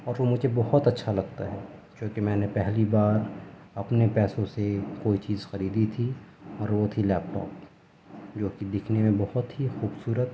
اور وہ مجھے بہت اچھا لگتا ہے چونکہ میں نے پہلی بار اپنے پیسوں سے کوئی چیز خریدی تھی اور وہ تھی لیپٹاپ جوکہ دکھنے میں بہت ہی خوبصورت